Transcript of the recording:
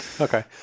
Okay